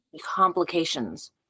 complications